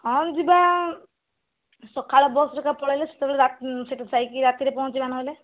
ହଁ ଯିବା ସକାଳ ବସରେ ଏକା ପଳେଇଲେ ସେଠୁ ଯାଇକି ରାତିରେ ପହଂଚିବା ନହେଲେ